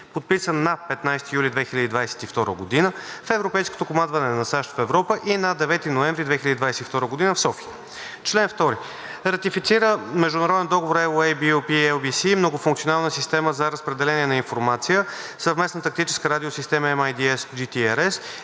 подписан на 15 юли 2022 г. в Европейското командване на САЩ в Европа и на 9 ноември 2022 г. в София. Чл. 2. Ратифицира Международен договор (LOA) BU-P-LBC „Многофункционална система за разпределение на информация – Съвместна тактическа радиосистема (MIDS JTRS)